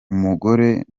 umugore